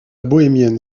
bohémienne